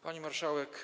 Pani Marszałek!